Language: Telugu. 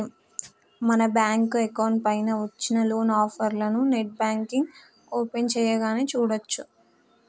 మన బ్యాంకు అకౌంట్ పైన వచ్చిన లోన్ ఆఫర్లను నెట్ బ్యాంకింగ్ ఓపెన్ చేయగానే చూడచ్చు